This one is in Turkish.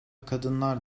kadınlar